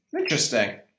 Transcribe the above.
Interesting